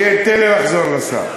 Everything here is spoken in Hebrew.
עכשיו תן לי לחזור לשר.